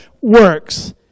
works